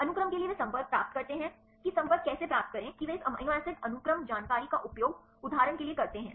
अनुक्रम के लिए वे संपर्क प्राप्त करते हैं कि संपर्क कैसे प्राप्त करें वे इस अमीनो एसिड अनुक्रम जानकारी का उपयोग उदाहरण के लिए करते हैं